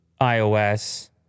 iOS